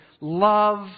love